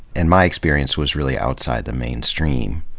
and my experience was really outside the mainstream,